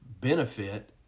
benefit